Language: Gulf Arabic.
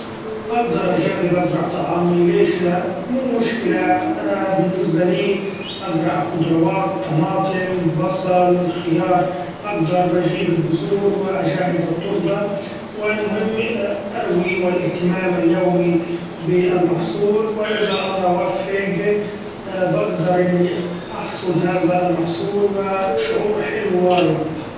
أقدر أجرب أزرع طعامي ليش لأ ، مو مشكلة أنا بالنسبة لي أزرع خضروات طماطم بصل خيار أقدر بجيب البذور و أجهز التربة و المهم أروي و الإهتمام اليومي بالمحصول ، و إذا الله وفق بقدر اني أحصد هذا المحصول و شهور حلو وايد.